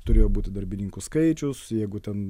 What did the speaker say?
turėjo būti darbininkų skaičius jeigu ten